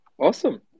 Awesome